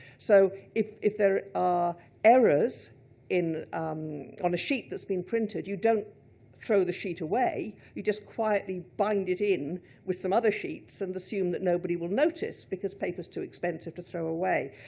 so if if there are errors um on a sheet that's been printed, you don't throw the sheet away, you just quietly bind it in with some other sheets and assume that nobody will notice, because paper's too expensive to throw away.